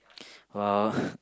!wow!